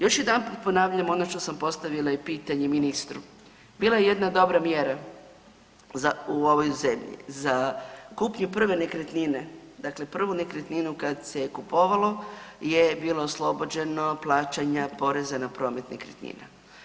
Još jedanput ponavljam ono što sam postavila i pitanje ministru, bila je jedna dobra mjera u ovoj zemlji za kupnju prve nekretnine, dakle prvu nekretninu kada se je kupovalo je bilo oslobođeno plaćanja poreza na promet nekretnina.